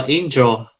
Angel